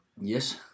Yes